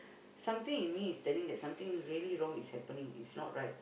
something in me is telling that something really wrong happening it's not right